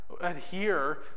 adhere